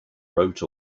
wrote